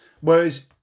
Whereas